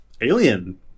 alien